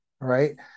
right